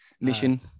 mission